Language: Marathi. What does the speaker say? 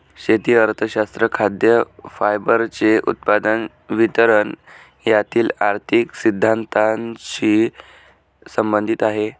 शेती अर्थशास्त्र खाद्य, फायबरचे उत्पादन, वितरण यातील आर्थिक सिद्धांतानशी संबंधित आहे